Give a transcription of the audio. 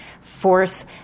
force